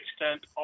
extent